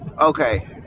Okay